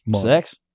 Sex